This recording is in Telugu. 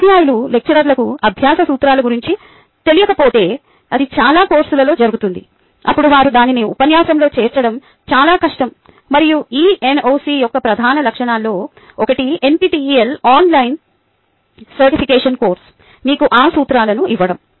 ఉపాధ్యాయులు లెక్చరర్లకు అభ్యాస సూత్రాల గురించి తెలియకపోతే ఇది చాలా కోర్సులలో జరుగుతుంది అప్పుడు వారు దానిని ఉపన్యాసంలో చేర్చడం చాలా కష్టం మరియు ఈ NOC యొక్క ప్రధాన లక్ష్యాలలో ఒకటి NPTEL ఆన్లైన్ సర్టిఫికేషన్ కోర్సు మీకు ఆ సూత్రాలను ఇవ్వడం